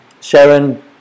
Sharon